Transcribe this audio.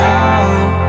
out